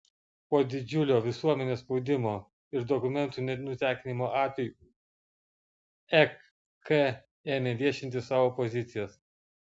po didžiulio visuomenės spaudimo ir dokumentų nutekinimo atvejų ek ėmė viešinti savo pozicijas